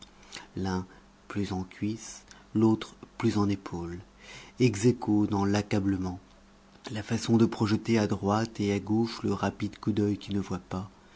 l'un plus en cuisses l'autre plus en épaules ex aequo dans l'accablement la façon de projeter à droite et à gauche le rapide coup d'œil qui ne voit pas